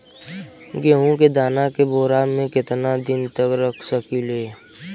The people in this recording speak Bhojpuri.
गेहूं के दाना के बोरा में केतना दिन तक रख सकिले?